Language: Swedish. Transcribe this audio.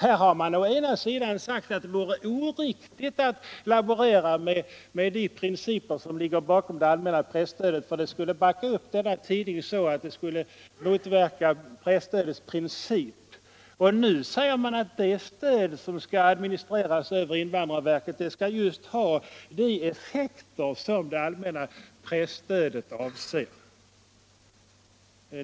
Här har man å ena sidan sagt att det vore oriktigt att laborera med de principer som ligger bakom det allmänna presstödet —- det skulle backa upp en tidning och motverka presstödets principer. Nu säger man å andra sidan att det stöd som skall administreras över invandrarverket skall ha just de effekter som det allmänna presstödet avser.